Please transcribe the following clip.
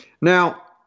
Now